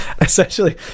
essentially